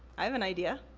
i have an idea,